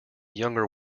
younger